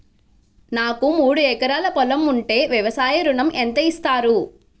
నాకు మూడు ఎకరాలు పొలం ఉంటే వ్యవసాయ ఋణం ఎంత ఇస్తారు?